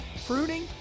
Fruiting